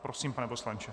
Prosím, pane poslanče.